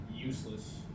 useless